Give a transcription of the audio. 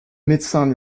médecins